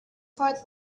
part